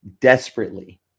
desperately